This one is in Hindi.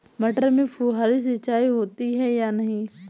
मटर में फुहरी सिंचाई अच्छी होती है या नहीं?